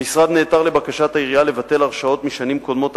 המשרד נעתר לבקשת העירייה לבטל הרשאות משנים קודמות,